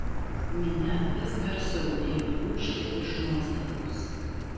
minia vis garsiau ėmė ūžti iš nuostabos